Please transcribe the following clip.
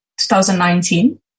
2019